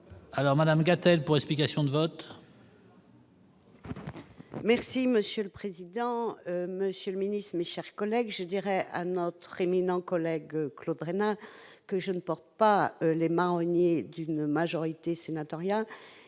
Alors Madame Katell pour explication de vote. Merci monsieur le président, Monsieur le Ministre, mais, chers collègues, je dirais à notre éminent collègue Claude Reynaert, que je ne porte pas les marronniers d'une majorité sénatoriale